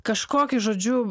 kažkokį žodžiu